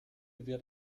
wird